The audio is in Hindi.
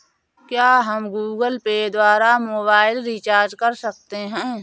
क्या हम गूगल पे द्वारा मोबाइल रिचार्ज कर सकते हैं?